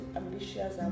ambitious